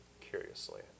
curiously